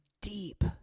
deep